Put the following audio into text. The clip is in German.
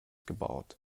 gebaut